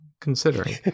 considering